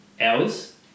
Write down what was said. hours